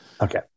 okay